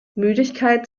müdigkeit